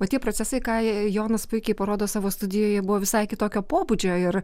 o tie procesai ką jonas puikiai parodo savo studijoj jie buvo visai kitokio pobūdžio ir